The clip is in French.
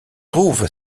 trouve